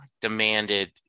demanded